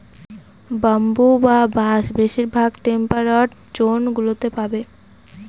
bamboo বা বাঁশ বেশিরভাগ টেম্পারড জোন গুলোতে পাবে